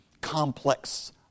complex